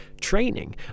training